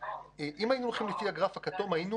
אם היינו הולכים לפי הגרף הכתום היינו